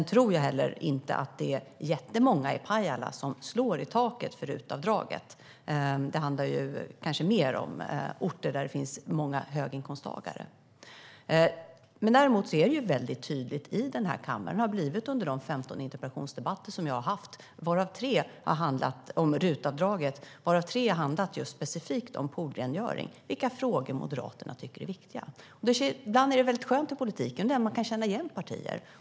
Jag tror inte heller att det är så många i Pajala som slår i taket för RUT-avdraget. Det handlar kanske mer om orter där det finns många höginkomsttagare. Under de 15 interpellationsdebatter om RUT-avdraget som jag har haft här i kammaren, varav tre har handlat specifikt om poolrengöring, har det blivit väldigt tydligt vilka frågor Moderaterna tycker är viktiga. Ibland är det skönt i politiken, när man kan känna igen partier.